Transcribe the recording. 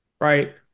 Right